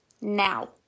now